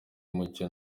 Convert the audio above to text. umucyo